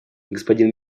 господин